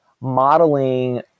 modeling